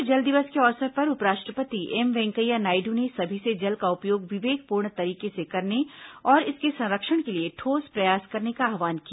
विश्व जल दिवस के अवसर पर उपराष्ट्रपति एम वेंकैया नायडू ने सभी से जल का उपयोग विवेकपूर्ण तरीके से करने और इसके संरक्षण के लिए ठोस प्रयास करने का आह्वान किया